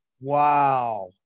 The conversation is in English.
Wow